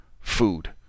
food